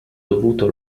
dovuto